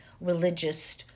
religious